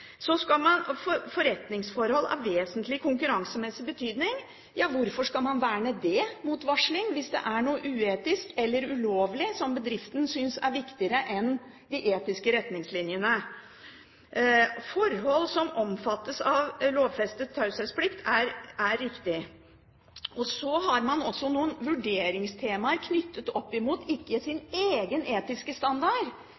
Så skal man ikke røpe «forretningsforhold av vesentlig konkurransemessig betydning». Ja, hvorfor skal man verne det mot varsling, hvis det er noe uetisk eller ulovlig som bedriften synes er viktigere enn de etiske retningslinjene? At man ikke må røpe «forhold som omfattes av lovfestet taushetsplikt», er riktig. Så har man også noen vurderingstemaer knyttet opp mot ikke